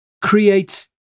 Creates